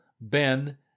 Ben